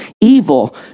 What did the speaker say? evil